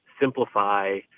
simplify